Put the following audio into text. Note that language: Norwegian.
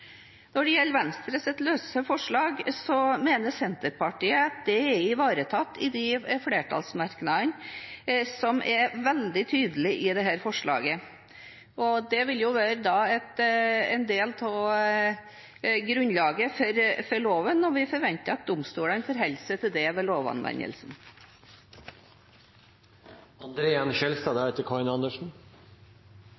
Når det gjelder Venstres løse forslag, mener Senterpartiet at dette er ivaretatt i flertallsmerknadene, som er veldig tydelige når det gjelder dette. Det vil være en del av grunnlaget for loven, og vi forventer at domstolene forholder seg til det ved